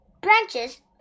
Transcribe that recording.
branches